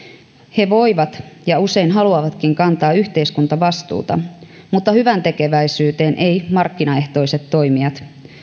he voivat ja usein haluavatkin kantaa yhteiskuntavastuuta mutta hyväntekeväisyyteen eivät markkinaehtoiset toimijat